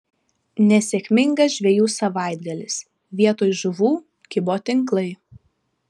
nesėkmingas žvejų savaitgalis vietoj žuvų kibo tinklai